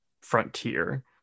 frontier